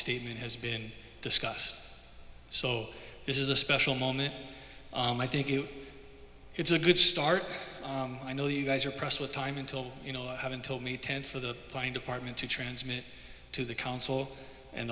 statement has been discussed so this is a special moment i think it's a good start i know you guys are pressed with time until you know i haven't told me ten for the plane department to transmit to the council and